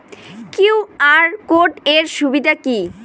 QR code এর সুবিধা কি?